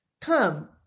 come